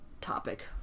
topic